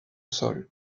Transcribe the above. sol